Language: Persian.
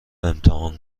امتحان